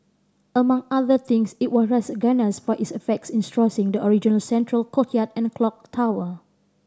among other things it was for its efforts in straw thing the original central courtyard and clock tower